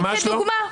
ממש לא.